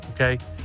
okay